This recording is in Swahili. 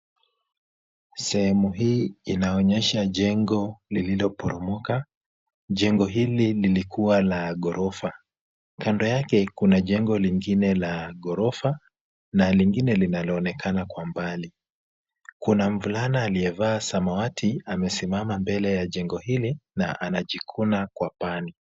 Sehemu hii inaonyesha jengo lililoporomoka. Jengo hili lilikuwa la ghorofa. Kando yake kuna jengo lingine la ghorofa na lingine linaloonekana kwa mbali. Kuna mvulana aliyevaa samawati amesimama mbele ya jengo hili na anajikuna kwapani.